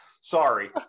Sorry